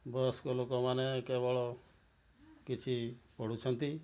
ବୟସ୍କ ଲୋକ ମାନେ କେବଳ କିଛି ପଢ଼ୁଛନ୍ତି